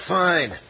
fine